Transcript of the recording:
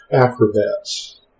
acrobats